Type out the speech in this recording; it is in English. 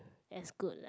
as good lah